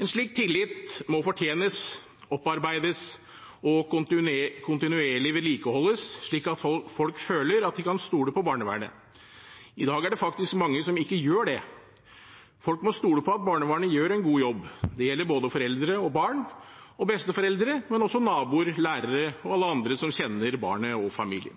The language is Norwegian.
En slik tillit må fortjenes, opparbeides og kontinuerlig vedlikeholdes slik at folk føler at de kan stole på barnevernet. I dag er det faktisk mange som ikke gjør det. Folk må stole på at barnevernet gjør en god jobb. Det gjelder både foreldre, barn og besteforeldre – men også naboer, lærere og alle andre som kjenner barnet og familien.